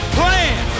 plan